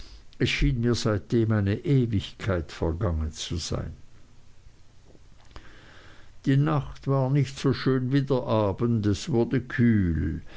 schien mir seitdem eine ewigkeit vergangen zu sein die nacht war nicht so schön wie der abend es wurde kühl